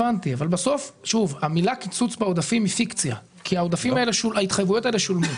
הבנתי אבל המילה קיצוץ בעודפים היא פיקציה כי ההתחייבויות האלה שולמו.